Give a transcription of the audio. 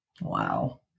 Wow